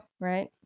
right